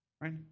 Right